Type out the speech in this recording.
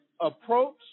approach